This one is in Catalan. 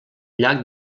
llac